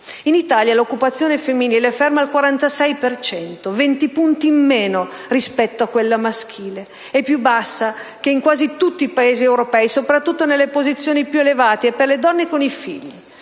In Italia, l'occupazione femminile è ferma al 46 per cento, venti punti in meno rispetto a quella maschile; è più bassa che in quasi tutti i Paesi europei, soprattutto nelle posizioni più elevate e per le donne con i figli: